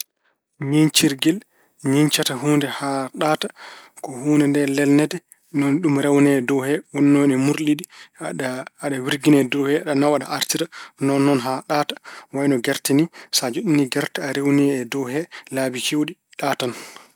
Ñiiƴcirgel ñiiƴcata huunde haa ɗaata, ko huunde nde lelnete ni woni ɗum rewne e dow he, wonno ne murliɗi. Aɗa- aɗa wirgina e dow he, aɗa nawa aɗa artira, noon noon haa ɗaata. Wayno gerte ni, sa joɗɗini gerte a rewni he laabi keewɗi ɗaatan.